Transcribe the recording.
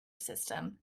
system